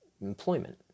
employment